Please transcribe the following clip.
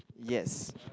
yes